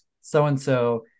so-and-so